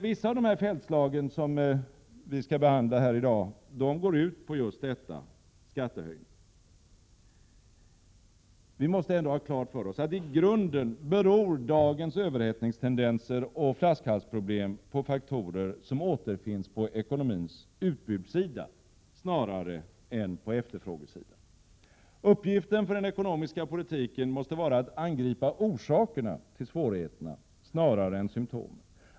Vissa av de ”Feldt-slag” som vi skall behandla i dag går ut på just skattehöjningar. Men vi måste ändå ha klart för oss att dagens överhettningstendenser och flaskhalsproblem i grunden beror på faktorer som återfinns på ekonomins utbudssida snarare än på efterfrågesidan. Uppgiften för den ekonomiska politiken måste vara att angripa orsakerna till svårigheterna snarare än symptomen.